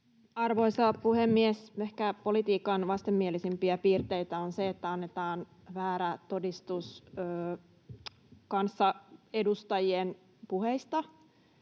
Arvoisa puhemies! Ehkä politiikan vastenmielisimpiä piirteitä on se, että annetaan väärä todistus kanssaedustajien puheista.